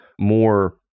more